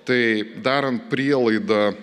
tai darant prielaidą